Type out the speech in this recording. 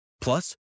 Plus